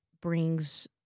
brings